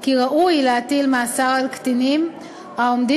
כי ראוי להטיל מאסר על קטינים העומדים